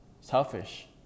Selfish